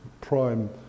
Prime